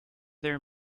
their